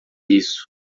isso